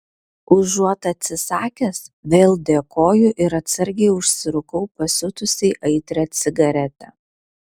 užuot atsisakęs vėl dėkoju ir atsargiai užsirūkau pasiutusiai aitrią cigaretę